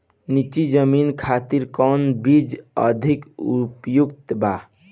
नीची जमीन खातिर कौन बीज अधिक उपयुक्त बा?